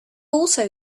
also